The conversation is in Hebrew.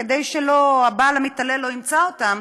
כדי שהבעל המתעלל לא ימצא אותם,